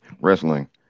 wrestling